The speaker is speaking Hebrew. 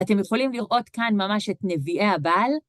אתם יכולים לראות כאן ממש את נביאי הבעל?